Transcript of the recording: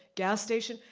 gas station?